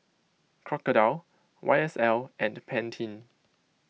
Crocodile Y S L and Pantene